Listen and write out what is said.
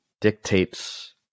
dictates